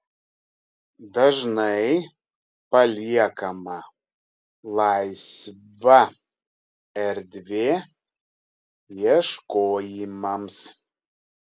dažnai paliekama laisva erdvė ieškojimams